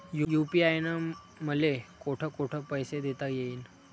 UPI न मले कोठ कोठ पैसे देता येईन?